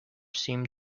seem